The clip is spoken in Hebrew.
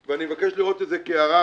ואני מבקש לראות את זה כהערה